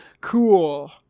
cool